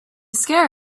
scare